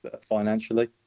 financially